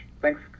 thanks